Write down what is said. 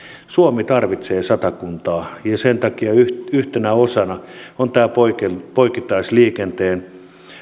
suomi tarvitsee satakuntaa ja sen takia yhtenä osana on tämä poikittaisliikenteen